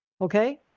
Okay